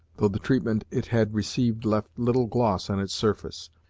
though the treatment it had received left little gloss on its surface,